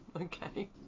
Okay